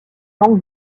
langues